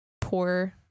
poor